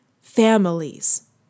families